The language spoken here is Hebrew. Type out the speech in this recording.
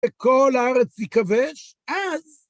וכל הארץ ייכבש אז.